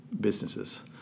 businesses